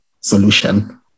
solution